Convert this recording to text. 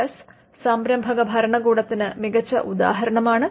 U S സംരംഭക ഭരണകൂടത്തിന് മികച്ച ഉദാഹരണമാണ്